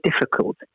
difficult